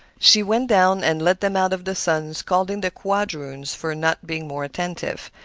she went down and led them out of the sun, scolding the quadroon for not being more attentive.